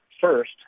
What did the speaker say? First